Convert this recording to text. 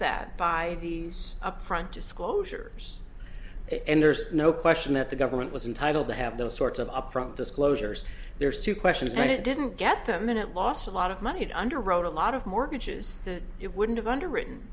that by these upfront disclosures and there's no question that the government was entitle to have those sorts of upfront disclosures there's two questions that it didn't get them in it lost a lot of money and underwrote a lot of mortgages that it wouldn't have underwritten